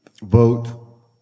vote